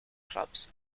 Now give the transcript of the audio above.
clubs